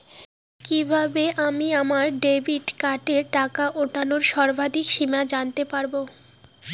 কিভাবে আমি আমার ডেবিট কার্ডের টাকা ওঠানোর সর্বাধিক সীমা জানতে পারব?